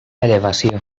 elevació